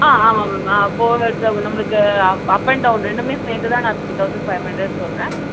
ஆ ஆமாம் மேம் போகிறது நம்மளுக்கு அப் அப் அண்ட் டவுன் ரெண்டுமே சேர்த்துதான் நான் த்ரீ தௌசண்ட் ஃபைவ் ஹண்ட்ரட் சொல்லுறேன்